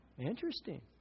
Interesting